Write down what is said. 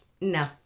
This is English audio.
no